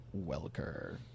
Welker